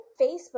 Facebook